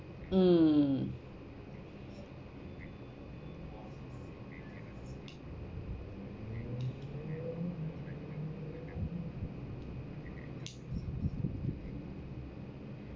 mm